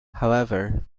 however